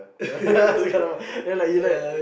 yeah